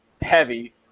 heavy